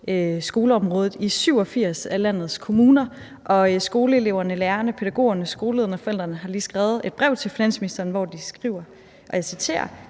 skoleområdet i 87 af landets kommuner. Og skoleeleverne, lærerne, pædagogerne, skolelederne og forældrene har lige skrevet et brev til finansministeren, hvor de skriver, og jeg citerer: